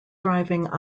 thriving